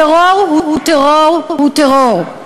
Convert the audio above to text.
טרור הוא טרור הוא טרור.